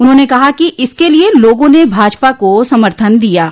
उन्होंने कहा कि इसके लिए लोगों ने भाजपा को समर्थन दिया है